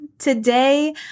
Today